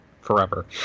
forever